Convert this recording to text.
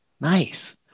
Nice